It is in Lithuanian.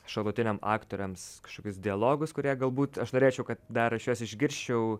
šalutiniam aktoriams kažkokius dialogus kurie galbūt aš norėčiau kad dar aš juos išgirsčiau